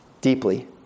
deeply